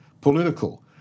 political